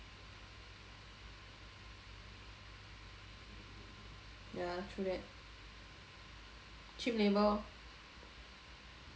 ya true that cheap labour lor